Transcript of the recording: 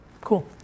Cool